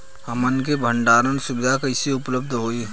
हमन के भंडारण सुविधा कइसे उपलब्ध होई?